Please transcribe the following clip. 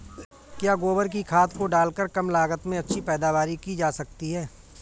क्या गोबर की खाद को डालकर कम लागत में अच्छी पैदावारी की जा सकती है?